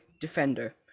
Defender